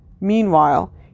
Meanwhile